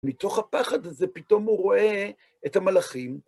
מתוך הפחד הזה, פתאום הוא רואה את המלאכים.